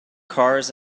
cars